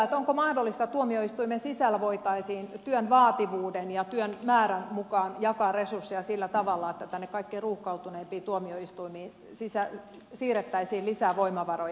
onko mahdollista että tuomioistuimen sisällä voitaisiin työn vaativuuden ja työn määrän mukaan jakaa resursseja sillä tavalla että tänne kaikkein ruuhkautuneimpiin tuomioistuimiin siirrettäisiin lisää voimavaroja